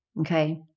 okay